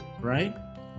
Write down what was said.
right